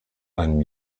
einem